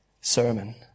sermon